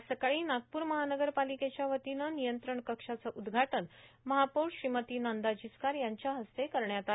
आज सकाळी नागपूर महानगरपालिकेच्या वतीनं नियंत्रण कक्षाचं उद्घाटन महापौर श्रीमती नंदा जिचकार यांच्या हस्ते करण्यात आलं